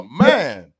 man